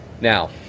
now